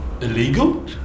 illegal